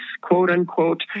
quote-unquote